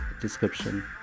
description